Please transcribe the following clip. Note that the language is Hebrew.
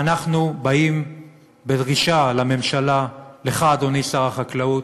ואנחנו באים בדרישה לממשלה, לך, אדוני שר החקלאות,